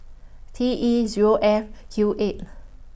T E Zero F Q eight